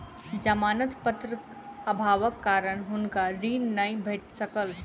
जमानत पत्रक अभावक कारण हुनका ऋण नै भेट सकल